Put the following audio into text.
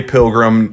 Pilgrim